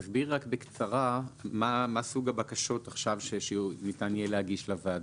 תסבירי בקצרה מה סוג הבקשות שניתן יהיה להגיש עכשיו לוועדה.